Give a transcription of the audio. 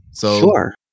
Sure